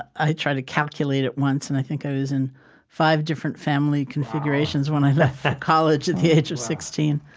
i tried to calculate it once, and i think i was in five different family configurations when i left for college at the age of sixteen